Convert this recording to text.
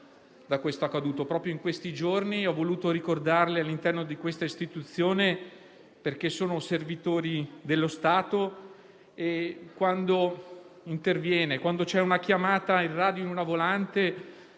proprio in questi giorni ho voluto ricordarla all'interno di questa istituzione perché erano servitori dello Stato. Quando in una volante c'è una chiamata in radio, senti